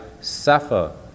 suffer